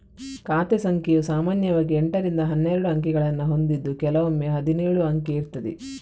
ಖಾತೆ ಸಂಖ್ಯೆಯು ಸಾಮಾನ್ಯವಾಗಿ ಎಂಟರಿಂದ ಹನ್ನೆರಡು ಅಂಕಿಗಳನ್ನ ಹೊಂದಿದ್ದು ಕೆಲವೊಮ್ಮೆ ಹದಿನೇಳು ಅಂಕೆ ಇರ್ತದೆ